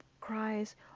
cries